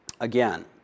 again